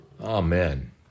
Amen